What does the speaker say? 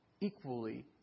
equally